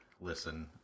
listen